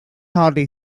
hardly